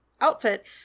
outfit